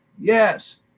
Yes